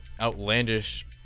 outlandish